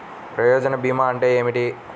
ప్రయోజన భీమా అంటే ఏమిటి?